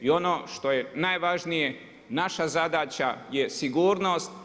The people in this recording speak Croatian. I ono što je najvažnije, naša zadaća je sigurnost.